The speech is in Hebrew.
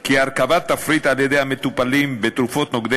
כי הרכבת תפריט על-ידי המטופלים בתרופות של נוגדי